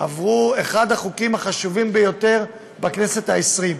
עבר אחד החוקים החשובים ביותר בכנסת העשרים,